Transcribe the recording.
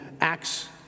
Acts